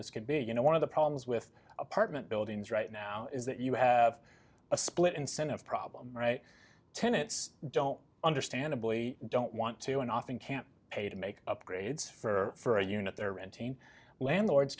this could be you know one of the problems with apartment buildings right now is that you have a split incentive problem right tenets don't understandably don't want to and often can't pay to make upgrades for a unit there and team landlords